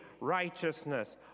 righteousness